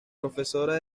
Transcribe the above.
profesora